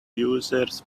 users